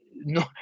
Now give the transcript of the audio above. No